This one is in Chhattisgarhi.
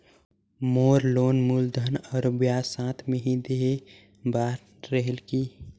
मोर लोन मूलधन और ब्याज साथ मे ही देहे बार रेहेल की?